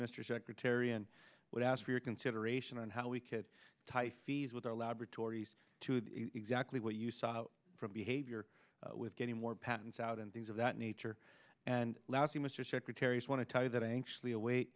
mr secretary and i would ask for your consideration on how we could tie fees with our laboratories to the exactly what you saw from behavior with getting more patents out and things of that nature and lastly mr secretary i want to tell you that i anxiously awa